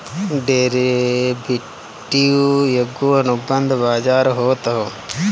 derivative एगो अनुबंध बाजार होत हअ